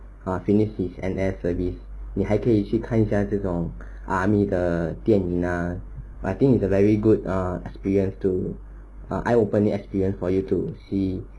he finished his N_S already 你还可以去看一下这种 army 的电影 ah I think it's a very good experience too an eye opening experience for you to see